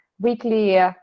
weekly